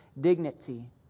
dignity